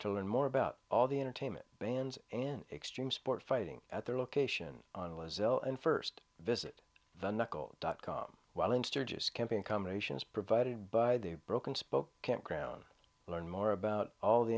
to learn more about all the entertainment bans and extreme sports fighting at their location on was ill and first visit dot com while in sturgis camping combinations provided by the broken spoke campground learn more about all the